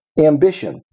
ambition